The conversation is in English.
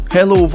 Hello